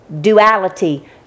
Duality